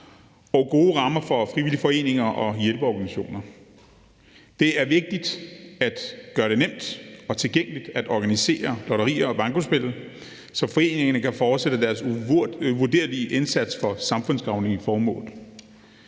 og gode rammer for frivillige foreninger og hjælpeorganisationer. Det er vigtigt at gøre det nemt og tilgængeligt at organisere lotterier og bankospil, så foreningerne kan fortsætte deres uvurderlige indsats for samfundsgavnlige formål.